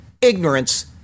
ignorance